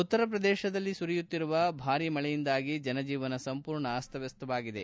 ಉತ್ತರ ಪ್ರದೇಶದಲ್ಲಿ ಸುರಿಯುತ್ತಿರುವ ಭಾರಿ ಮಳೆಯಿಂದಾಗಿ ಜನಜೀವನ ಸಂಪೂರ್ಣ ಅಸ್ತವಸ್ತವಾಗಿದೆ